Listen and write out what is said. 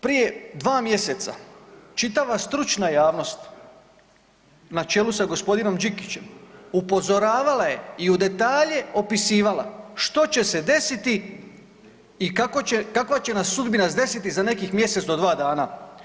Prije dva mjeseca čitava stručna javnost na čelu s g. Đikićem upozoravala je i u detalje opisivala što će se desiti i kakva će nas sudbina zdesiti za nekih mjesec do dva dana.